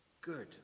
good